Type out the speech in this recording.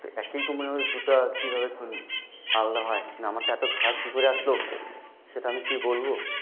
তো একই কোম্পানির হলে দুটা কীভাবে আলাদা হয় না আমারটা এত খারাপ কি করে আসলো সেটা আমি কি বলবো